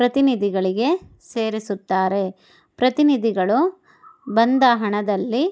ಪ್ರತಿನಿಧಿಗಳಿಗೆ ಸೇರಿಸುತ್ತಾರೆ ಪ್ರತಿನಿಧಿಗಳು ಬಂದ ಹಣದಲ್ಲಿ